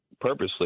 purposely